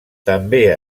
també